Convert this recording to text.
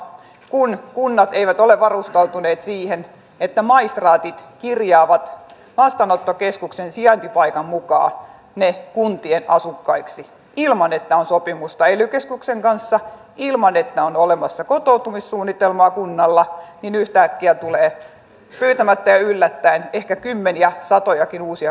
kun kunnat eivät ole varustautuneet siihen että maistraatit kirjaavat vastaanottokeskuksen sijaintipaikan mukaan heidät kuntien asukkaiksi ilman että on sopimusta ely keskuksen kanssa ilman että on olemassa kotoutumissuunnitelmaa kunnalla niin yhtäkkiä tulee pyytämättä ja yllättäen ehkä kymmeniä satojakin uusia kuntalaisia